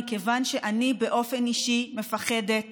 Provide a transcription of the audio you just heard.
מכיוון שאני באופן אישי מפחדת